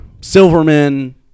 Silverman